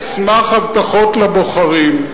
אני שומע, אבל אני כואב.